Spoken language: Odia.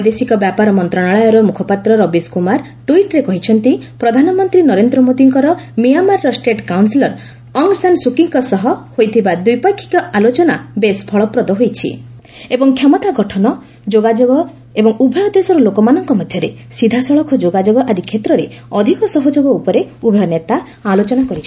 ବୈଦେଶିକ ବ୍ୟାପାର ମନ୍ତ୍ରଣାଳୟର ମୁଖପାତ୍ର ରବୀଶ କୁମାର ଟୁଇଟ୍ରେ କହିଛନ୍ତି ପ୍ରଧାନମନ୍ତ୍ରୀ ନରେନ୍ଦ୍ର ମୋଦିଙ୍କର ମିଆଁମାରର ଷ୍ଟେଟ କାଉନସେଲର ଆଉଙ୍ଗ ସାନ୍ ସୁକିଙ୍କ ସହ ହୋଇଥିବା ଦ୍ୱିପକ୍ଷୀୟ ଆଲୋଚନା ବେଶ ଫଳପ୍ରଦ ହୋଇଛି ଏବଂ କ୍ଷମତା ଗଠନ ଯୋଗାଯୋଗ ଏବଂ ଉଭୟ ଦେଶର ଲୋକମାନଙ୍କ ମଧ୍ୟରେ ସିଧାସଳଖ ଯୋଗାଯୋଗ ଆଦି କ୍ଷେତ୍ରରେ ଅଧିକ ସହଯୋଗ ଉପରେ ଉଭୟ ନେତା ଆଲୋଚନା କରିଛନ୍ତି